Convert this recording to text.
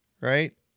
right